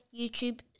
YouTube